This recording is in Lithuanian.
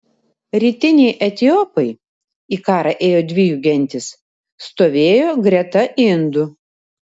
rytiniai etiopai į karą ėjo dvi jų gentys stovėjo greta indų